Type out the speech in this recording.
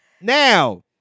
now